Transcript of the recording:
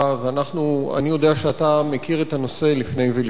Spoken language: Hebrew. אני יודע שאתה מכיר את הנושא לפני ולפנים,